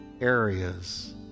areas